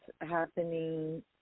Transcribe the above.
happening